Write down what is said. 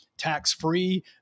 tax-free